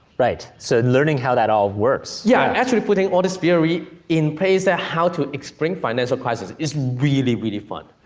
right. so learning how that all works. yeah, actually putting all this theory in place of ah how to explain financial crisis is really, really fun.